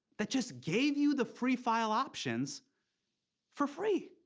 that just gave you the free file options for free.